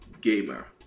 Gamer